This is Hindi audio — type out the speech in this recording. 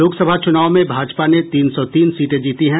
लोकसभा चुनाव में भाजपा ने तीन सौ तीन सीटें जीती है